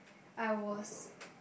I was